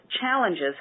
challenges